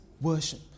worship